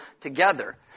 together